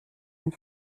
une